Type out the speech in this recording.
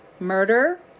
Murder